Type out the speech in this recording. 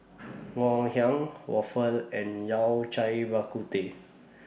Ngoh Hiang Waffle and Yao Cai Bak Kut Teh